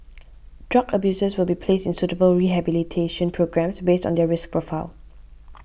drug abusers will be placed in suitable rehabilitation programmes based on their risk profile